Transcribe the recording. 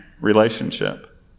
relationship